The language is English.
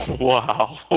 Wow